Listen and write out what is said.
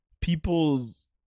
people's